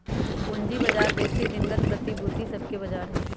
पूजी बजार बेशी दिनगत प्रतिभूति सभके बजार हइ